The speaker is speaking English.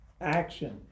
action